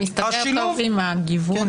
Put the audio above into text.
זה מסתדר טוב עם הגיוון.